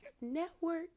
Network